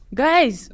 guys